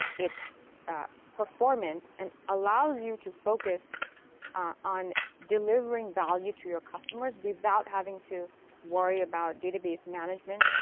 it's performant and allows you to focus on delivering value to your customers without having to worry about database management,